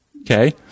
Okay